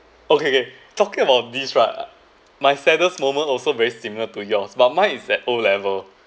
okay okay talking about this right my saddest moment also very similar to yours but mine is at O levels